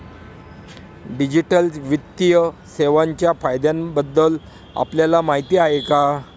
Digital वित्तीय सेवांच्या फायद्यांबद्दल आपल्याला माहिती आहे का?